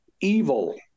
evil